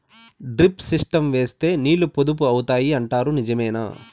Drip system వేస్తే నీళ్లు పొదుపు అవుతాయి అంటారు నిజమేనా?